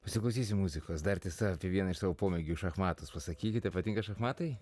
pasiklausysim muzikos dar tiesa vieną iš savo pomėgių šachmatus pasakykite patinka šachmatai